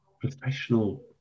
professional